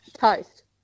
Toast